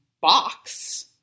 box